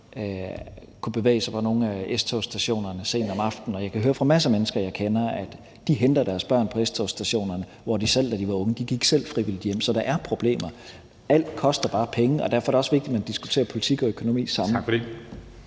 at bevæge sig rundt på nogle af S-togsstationerne sent om aftenen, og jeg kan høre fra masser af mennesker, jeg kender, at de henter deres børn på S-togsstationerne, hvorimod de selv gik frivilligt hjem, da de var unge. Så der er problemer. Alt koster bare penge, og derfor er det også vigtigt, at man diskuterer politik og økonomi samlet. Kl.